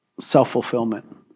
Self-fulfillment